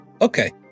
Okay